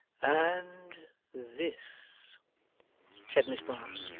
and this said miss brass,